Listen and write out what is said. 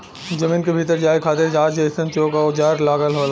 जमीन के भीतर जाये खातिर दांत जइसन चोक औजार लगल होला